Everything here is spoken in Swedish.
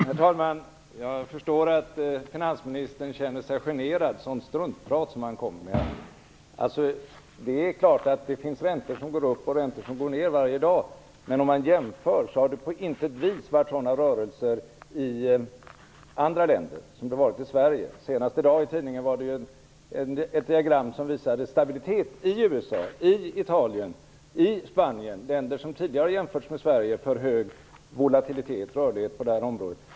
Herr talman! Jag förstår att finansministern känner sig generad, sådant struntprat som han kommer med. Det är klart att det finns räntor som går upp och räntor som går ned varje dag, men om man jämför har det på intet vis varit sådana rörelser i andra länder som det har varit i Sverige. Senast i dag i tidningen var det ett diagram som visade stabilitet i USA, i Italien och i Spanien, länder som tidigare har jämförts med Sverige för hög volatilitet, rörlighet, på det här området.